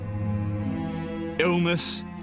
Illness